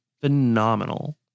phenomenal